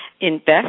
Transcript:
Invest